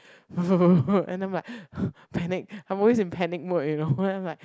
and then I'm like panic I'm always in panic mode you know and then I'm like